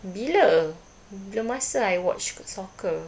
bila-bila masa I watch soccer